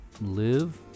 live